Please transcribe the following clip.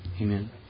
amen